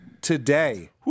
today